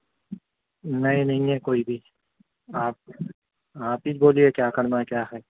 نئے نہیں ہے کویٔی بھی آپ آپ اچ بولئے کیا کرنا ہے کیا ہے